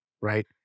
right